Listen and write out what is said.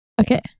Okay